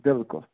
بِلکُل